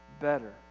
better